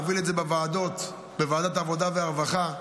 יוני מוביל את זה בוועדות, בוועדת העבודה והרווחה,